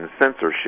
censorship